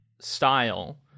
style